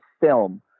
film